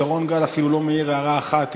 שרון גל אפילו לא מעיר הערה אחת.